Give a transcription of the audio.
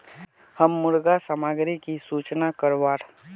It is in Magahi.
हम मुर्गा सामग्री की सूचना करवार?